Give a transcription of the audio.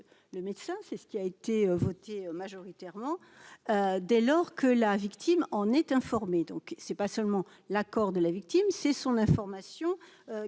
le médecin, c'est ce qui a été voté majoritairement dès lors que la victime en est informé, donc c'est pas seulement l'accord de la victime, c'est son information